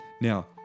Now